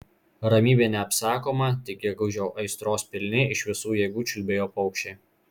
ramybė neapsakoma tik gegužio aistros pilni iš visų jėgų čiulbėjo paukščiai